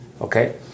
Okay